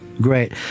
great